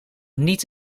niet